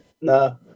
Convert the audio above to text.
No